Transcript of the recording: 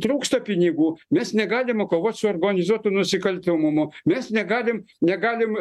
trūksta pinigų mes negalime kovot su organizuotu nusikalstamumu mes negalim negalim